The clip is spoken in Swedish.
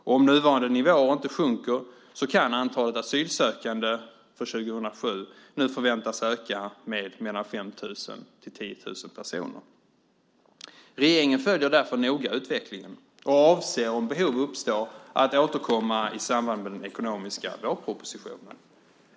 Om nuvarande nivåer inte sjunker kan antalet asylsökande för 2007 nu förväntas öka med 5 000-10 000 personer. Regeringen följer därför noga utvecklingen och avser om behov uppstår att återkomma i samband med den ekonomiska vårpropositionen.